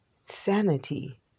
sanity